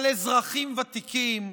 על אזרחים ותיקים,